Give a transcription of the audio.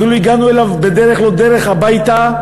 אפילו הגענו אליו בדרך לא דרך הביתה,